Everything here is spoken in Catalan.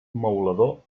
maulador